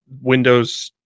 windows